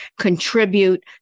contribute